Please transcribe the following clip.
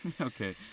Okay